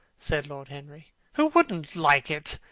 said lord henry. who wouldn't like it?